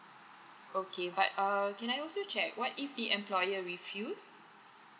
okay but err can I also check what if the employer refuse